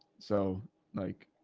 so like,